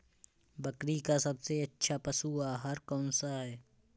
बकरी का सबसे अच्छा पशु आहार कौन सा है?